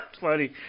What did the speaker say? Funny